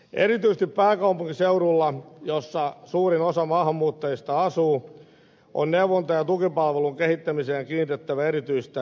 erityisesti pääkaupunkiseudulla jossa suurin osa maahanmuuttajista asuu on neuvonta ja tukipalvelun kehittämiseen kiinnitettävä erityistä huomiota